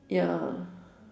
ya